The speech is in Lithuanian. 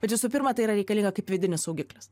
bet visų pirma tai yra reikalinga kaip vidinis saugiklis